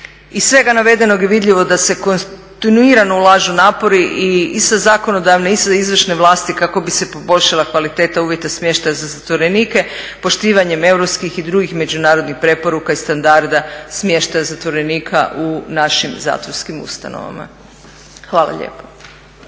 Iz svega navedenog je vidljivo da se kontinuirano ulažu napori i sa zakonodavne i sa izvršne vlasti kako bi se poboljšala kvaliteta uvjeta smještaja za zatvorenike, poštivanjem europskih i drugih međunarodnih preporuka i standarda smještaja zatvorenika u našim zatvorskim ustanovama. Hvala lijepo.